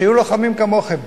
שהיו לוחמים כמוכם.